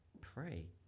Pray